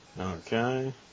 Okay